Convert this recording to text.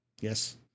yes